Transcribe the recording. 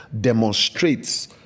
demonstrates